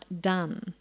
Done